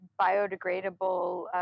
biodegradable